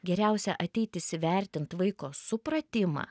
geriausia ateitis įvertint vaiko supratimą